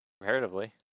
comparatively